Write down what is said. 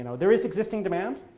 so there is existing demand.